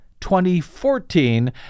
2014